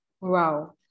Wow